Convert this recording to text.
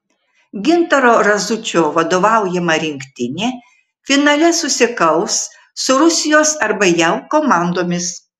gintaro razučio vadovaujama rinktinė finale susikaus su rusijos arba jav komandomis